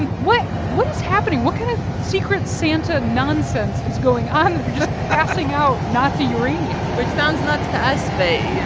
and what what is happening? what kind of secret santa nonsense is going on that they're just passing out nazi uranium? which sounds nuts to us, but, you know,